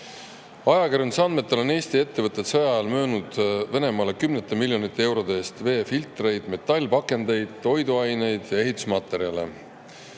Ajakirjanduse andmetel on Eesti ettevõtted sõja ajal müünud Venemaale kümnete miljonite eurode eest veefiltreid, metallpakendeid, toiduaineid ja ehitusmaterjale.